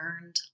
learned